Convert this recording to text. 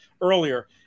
earlier